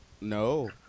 No